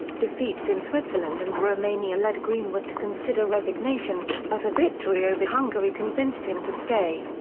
defeats in switzerland and romania led greenwood to consider resignation, but a victory over hungary convinced him to stay.